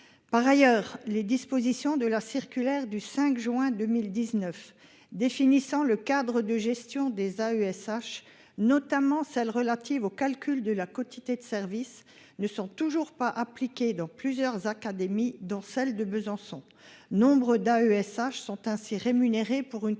Par ailleurs, les dispositions de la circulaire du 5 juin 2019, définissant le cadre de gestion des AESH notamment celles relatives au calcul de la quotité de service ne sont toujours pas appliquées dans plusieurs académies dont celle de Besançon. Nombre d'AESH sont ainsi rémunérés pour une